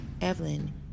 Evelyn